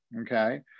okay